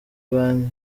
banki